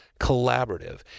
Collaborative